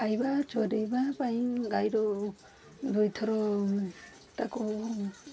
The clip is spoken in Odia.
ଖାଇବା ଚରେଇବା ପାଇଁ ଗାଈର ଦୁଇ ଥର ତାକୁ